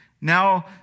Now